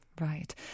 Right